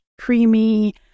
Creamy